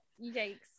Yikes